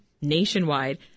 nationwide